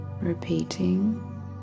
repeating